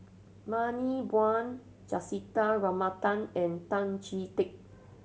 Bani Buang Juthika Ramanathan and Tan Chee Teck